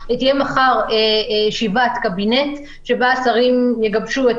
תהיה מחר ישיבת קבינט, שבה השרים יגבשו את